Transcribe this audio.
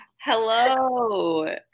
hello